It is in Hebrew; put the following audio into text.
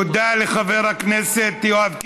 תודה לחבר הכנסת יואב קיש.